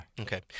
Okay